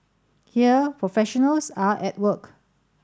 here professionals are at work